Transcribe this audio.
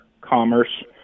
commerce